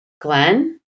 Glenn